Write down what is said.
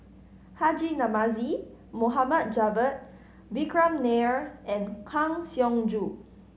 Haji Namazie Mohd Javad Vikram Nair and Kang Siong Joo